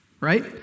right